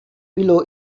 below